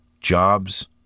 Jobs